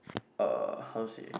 uh how to say